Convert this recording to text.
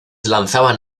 lanzaban